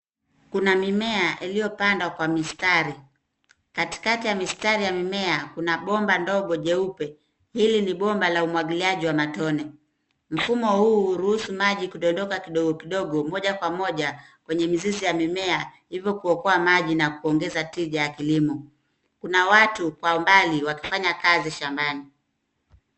kuna mimea iliyopandwa kwa mistari. Katikati ya mistari ya mimea kuna bomba dogo jeupe. Hili ni bomba la umwagiliaji wa matone. Mfumo huu huruhusu maji kudondoka kidogo kidogo moja kwa moja kwenye mizizi ya mimea, ivo kuokoa maji na kuongeza tija ya kilimo. Kuna watu kwa umbali wakifanya kazi shambani.